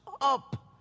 up